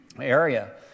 area